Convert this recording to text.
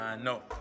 no